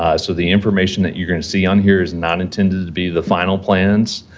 ah so, the information that you're going to see on here is not intended to be the final plans.